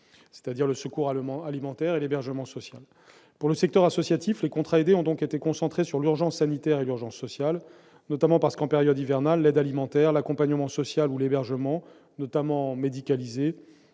c'est-à-dire le secours alimentaire et l'hébergement social. Pour le secteur associatif, les contrats aidés ont donc été concentrés sur l'urgence sanitaire et sur l'urgence sociale, notamment parce qu'en période hivernale l'aide alimentaire, l'accompagnement social ou l'hébergement, en particulier médicalisé,